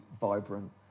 vibrant